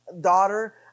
daughter